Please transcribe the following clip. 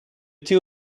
two